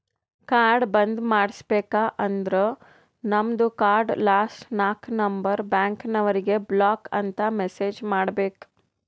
card ಬಂದ್ ಮಾಡುಸ್ಬೇಕ ಅಂದುರ್ ನಮ್ದು ಕಾರ್ಡ್ ಲಾಸ್ಟ್ ನಾಕ್ ನಂಬರ್ ಬ್ಯಾಂಕ್ನವರಿಗ್ ಬ್ಲಾಕ್ ಅಂತ್ ಮೆಸೇಜ್ ಮಾಡ್ಬೇಕ್